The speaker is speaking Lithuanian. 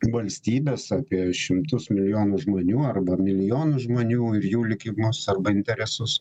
valstybes apie šimtus milijonus žmonių arba milijonus žmonių ir jų likimus arba interesus